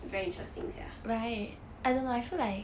very interesting sia